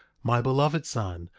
my beloved son,